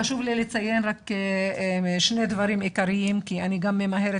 חשוב לי לציין שני דברים עיקריים כי אני גם ממהרת,